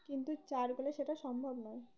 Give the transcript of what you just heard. কিন্তু চারকোলে সেটা সম্ভব নয়